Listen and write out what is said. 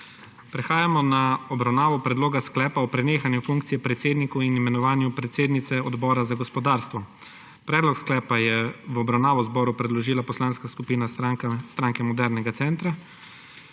Prehajamo na obravnavo Predloga sklepa o prenehanju funkcije predsedniku in imenovanju predsednice Odbora za gospodarstvo. Predlog sklepa je v obravnavo zboru predložila Poslanka skupina Stranke modernega centra.